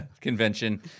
convention